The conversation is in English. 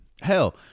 hell